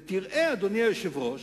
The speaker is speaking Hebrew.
ותראה, אדוני היושב-ראש,